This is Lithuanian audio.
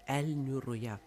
elnių ruja